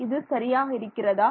இது சரியாக இருக்கிறதா